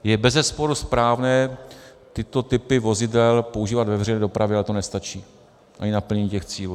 Je bezesporu správné tyto typy vozidel používat ve veřejné dopravě, ale to nestačí ani k naplnění těch cílů.